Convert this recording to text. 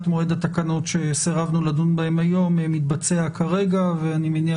מועד התקנות שסירבנו לדון בהן היום מתבצע כרגע ואני מניח